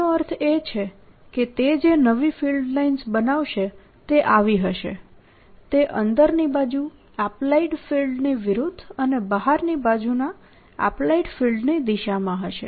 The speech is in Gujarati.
એનો અર્થ એ છે કે તે જે નવી ફિલ્ડ લાઇન્સ બનાવશે તે આવી હશે તે અંદરની બાજુ એપ્લાઇડ ફિલ્ડની વિરુદ્ધ અને બહારની બાજુના એપ્લાઇડ ફિલ્ડની દિશામાં હશે